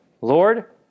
Lord